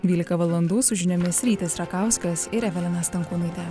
dvylika valandų su žiniomis rytis rakauskas ir evelina stankūnaitė